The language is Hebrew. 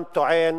טוען